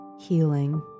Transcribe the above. healing